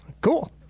cool